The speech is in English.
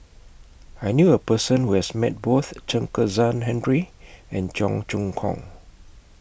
I knew A Person Who has Met Both Chen Kezhan Henri and Cheong Choong Kong